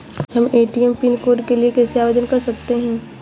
हम ATM PIN code के लिए कैसे आवेदन कर सकते हैं?